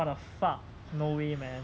what the fuck no way man